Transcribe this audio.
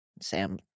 Sam